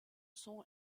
sont